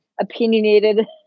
opinionated